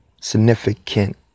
significant